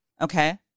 Okay